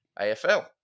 AFL